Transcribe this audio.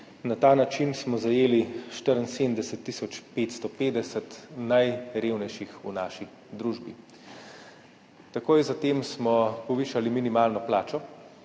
Na ta način smo zajeli 74 tisoč 550 najrevnejših v naši družbi. Takoj za tem smo povišali minimalno plačo